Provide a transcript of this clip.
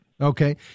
Okay